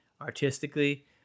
artistically